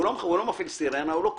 הוא לא מפעיל סירנה, הוא לא כלום.